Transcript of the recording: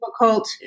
difficult